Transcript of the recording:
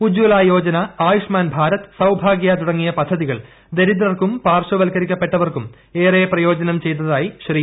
ഉജ്ജല യോജന ആയുഷ്മാൻ ഭാരത് സൌഭാഗ്യ തുടങ്ങിയ പദ്ധതികൾ ദരിദ്രർക്കും പാർശ്വവൽക്കരിക്കപ്പെട്ടവർക്കും ഏറെ പ്രയോജനം ചെയ്തതായി ശ്രീ